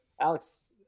Alex